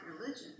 religion